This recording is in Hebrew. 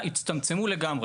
המידע יצטמצמו לגמרי.